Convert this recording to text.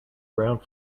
ground